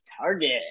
target